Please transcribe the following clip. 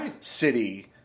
city